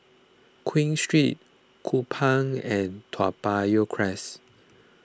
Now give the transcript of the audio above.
Queen Street Kupang and Toa Payoh Crest